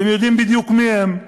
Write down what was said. אתם יודעים בדיוק מי הם.